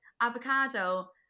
avocado